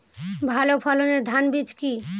ভালো ফলনের ধান বীজ কি?